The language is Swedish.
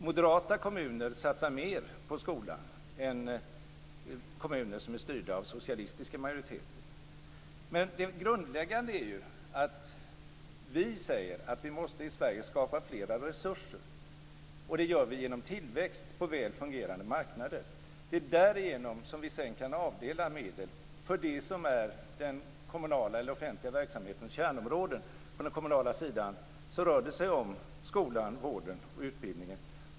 Moderata kommuner satsar mer på skolan än kommuner som är styrda av socialistiska majoriteter. Det grundläggande är att vi säger att vi måste skapa flera resurser i Sverige. Det gör vi genom tillväxt på väl fungerande marknader. Det är därigenom som vi sedan kan avdela medel för det som är den kommunala eller offentliga verksamhetens kärnområden. På den kommunala sidan rör det sig om skolan, vården och omsorgen.